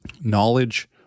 knowledge